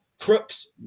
Crooks